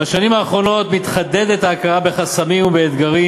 בשנים האחרונות מתחדדת ההכרה בחסמים ובאתגרים